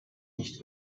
nicht